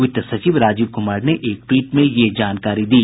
वित्त सचिव राजीव कुमार ने एक ट्वीट में यह जानकारी दी